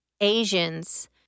Asians